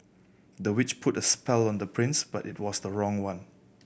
the witch put a spell on the prince but it was the wrong one